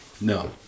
No